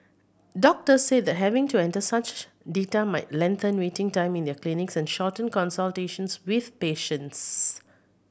doctors said that having to enter such data might lengthen waiting time in their clinics and shorten consultations with patients